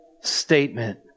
statement